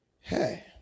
hey